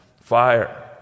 fire